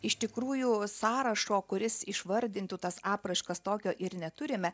iš tikrųjų sąrašo kuris išvardintų tas apraiškas tokio ir neturime